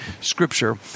Scripture